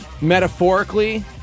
Metaphorically